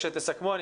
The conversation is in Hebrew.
כשתסכמו,